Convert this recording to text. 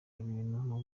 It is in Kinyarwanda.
ibintu